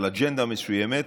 על אג'נדה מסוימת,